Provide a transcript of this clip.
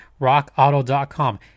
RockAuto.com